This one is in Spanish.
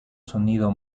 sonido